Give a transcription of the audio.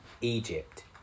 Egypt